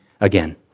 again